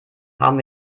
haben